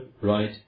right